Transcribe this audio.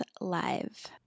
live